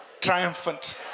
triumphant